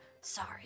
Sorry